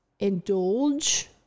indulge